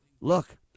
look